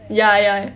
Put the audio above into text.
ya ya